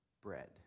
bread